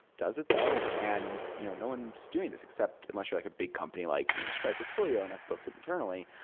does it though? and you know no one's doing this except unless you're like a big company like you know stripe or twilio and have built it internally.